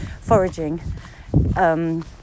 foraging